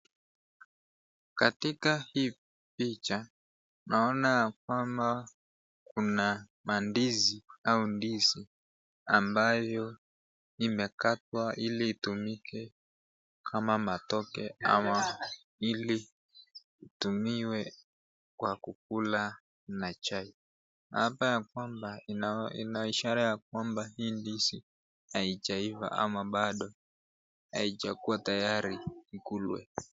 Katika hii picha, naona ya kwamba kuna mandizi au ndizi ambayo imekatwa ili itumike kama matoke ama ili itumiwe kwa kukula na chai, ina ishara ya kwamba hii ndizi haijaiva ama bado haijakuwa tayari ikulwe.